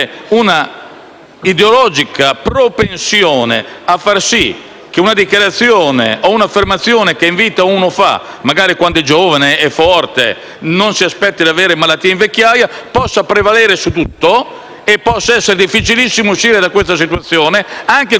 che una dichiarazione o un'affermazione, che uno fa in vita quand'è giovane e forte e non si aspetta di avere malattie in vecchiaia, possa prevalere su tutto e rendere difficilissimo uscire da una certa situazione, anche quando il medico è in grado di dire che il paziente può essere salvato.